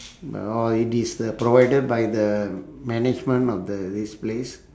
uh or it is the provided by the management of the this place